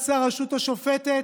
תעשה הרשות השופטת,